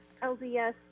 LDS